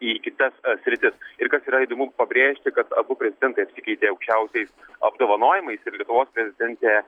į kitas sritis ir kas yra įdomu pabrėžti kad abu prezidentai apsikeitė aukščiausiais apdovanojimais ir lietuvos prezidentė